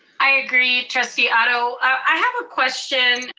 i agree, trustee otto. i have a question,